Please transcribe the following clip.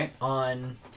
on